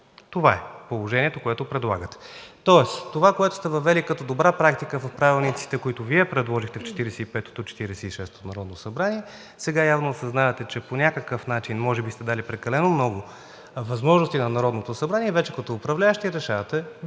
Това е положението, което предлагате. Тоест това, което сте въвели като добра практика в правилниците, които Вие предложихте в Четиридесет и петото и Четиридесет и шестото народно събрание, сега явно осъзнавате, че по някакъв начин може би сте дали прекалено много възможности на Народното събрание и вече като управляващи решавате да